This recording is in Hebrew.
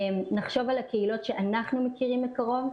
נחשוב על הקהילות שאנחנו מכירים מקרוב,